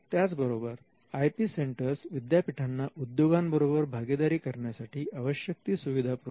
त्याचबरोबर I P centres विद्यापीठांना उद्योगां बरोबर भागीदारी करण्यासाठी आवश्यक ती सुविधा पुरवते